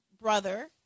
brother